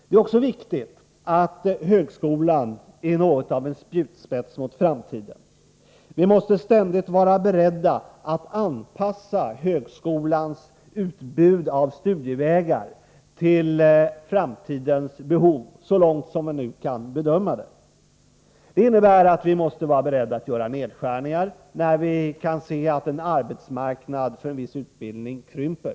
Det är också viktigt att högskolan är något av en spjutspets mot framtiden. Vi måste ständigt vara beredda att anpassa högskolans utbud av studievägar till framtidens behov så långt man nu kan bedöma det. Det innebär att vi måste vara beredda att göra nedskärningar när vi kan se att arbetsmarknaden för en viss utbildning krymper.